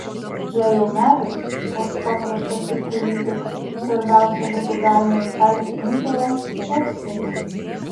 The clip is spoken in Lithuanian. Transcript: jei jau medis koks paprastas į kurį tik svarbiausia būtų galima įkelti inkilą uoksinį